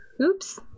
Oops